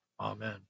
Amen